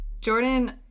Jordan